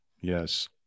Yes